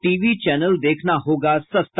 TV channel देखना होगा सस्ता